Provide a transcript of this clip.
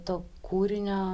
to kūrinio